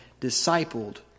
discipled